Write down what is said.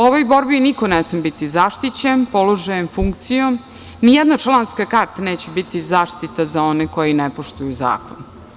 Ovoj borbi niko ne sme biti zaštićen, položen funkcijom, ni jedna članska karta neće biti zaštita za one koji ne poštuju zakon.